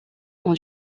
ont